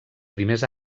primers